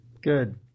good